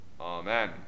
Amen